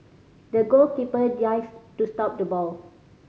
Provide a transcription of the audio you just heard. the goalkeeper dived to stop the ball